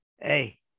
Hey